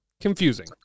Confusing